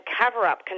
cover-up